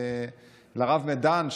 לרב מדן,